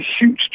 huge